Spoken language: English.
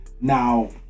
Now